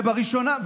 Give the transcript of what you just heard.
ובראשונה,